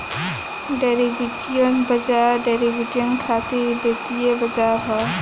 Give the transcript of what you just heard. derivative बाजार derivative खातिर वित्तीय बाजार ह